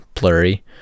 blurry